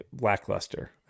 lackluster